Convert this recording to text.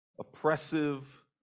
oppressive